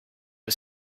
are